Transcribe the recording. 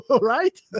right